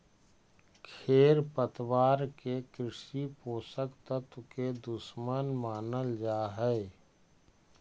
खेरपतवार के कृषि पोषक तत्व के दुश्मन मानल जा हई